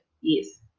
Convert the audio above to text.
yes